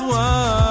one